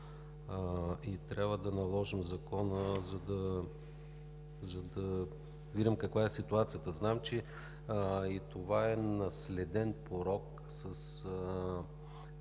Трябва да наложим Закона, за да видим, каква е ситуацията. Знам, че и това е наследен порок с